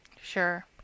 Sure